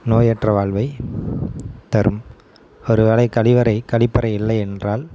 நோயற்ற வாழ்வை தரும் ஒருவேளை கழிவறை கழிப்பறை இல்லையென்றால்